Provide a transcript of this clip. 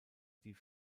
die